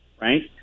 right